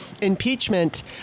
impeachment